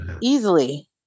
Easily